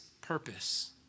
purpose